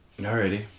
Alrighty